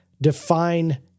define